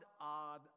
odd